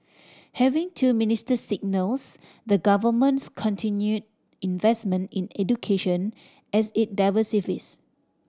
having two ministers signals the Government's continued investment in education as it diversifies